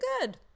good